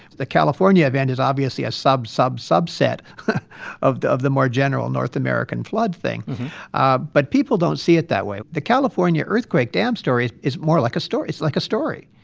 the california event is obviously a sub-sub-subset of the of the more general north american flood thing ah but people don't see it that way. the california earthquake dam story is more like a it's like a story.